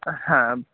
হ্যাঁ